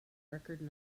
record